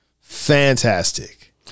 fantastic